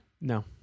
no